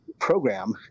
program